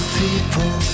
people